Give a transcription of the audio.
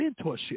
mentorship